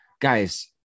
guys